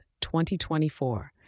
2024